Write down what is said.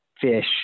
fish